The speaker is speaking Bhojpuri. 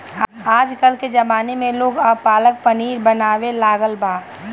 आजकल के ज़माना में लोग अब पालक पनीर बनावे लागल बा